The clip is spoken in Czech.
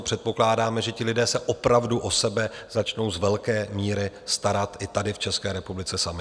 Předpokládáme, že ti lidé se opravdu o sebe začnou z velké míry starat i tady v České republice sami.